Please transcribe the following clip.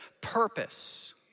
purpose